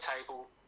table